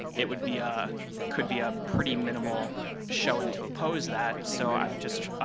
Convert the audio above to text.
it would be a could be a pretty minimal showing to oppose that. so, i um just